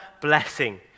blessing